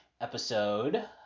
episode